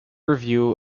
review